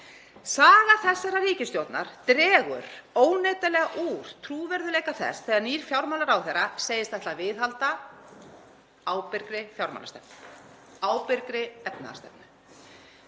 Saga þessarar ríkisstjórnar dregur óneitanlega úr trúverðugleika þess þegar nýr fjármálaráðherra segist ætla að viðhalda ábyrgri fjármálastefnu og ábyrgri efnahagsstefnu.